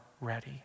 ready